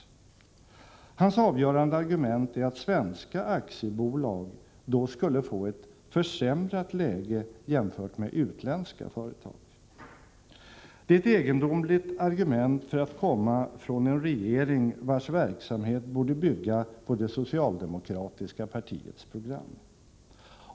Hans avgörande argument är att svenska aktiebolag då skulle få ett försämrat läge jämfört med utländska företag. Det är ett egendomligt argument för att komma från en regering vars verksamhet borde bygga på det socialdemokratiska partiets program.